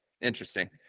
Interesting